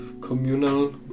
communal